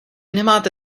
nemáte